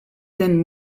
then